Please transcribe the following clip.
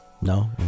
No